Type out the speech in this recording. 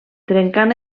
trencant